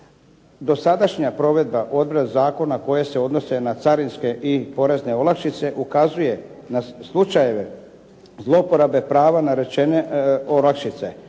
Dosadašnja provedba odredba zakona koje se odnose na carinske i porezne olakšice ukazuje na slučajeve zlouporabe prava narečene olakšice.